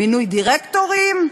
מינוי דירקטורים,